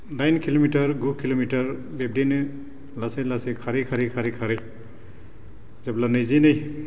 दाइन किल'मिटार गु किल'मिटार बिब्दिनो लासै लासै खारै खारै खारै खारै जेब्ला नैजिनै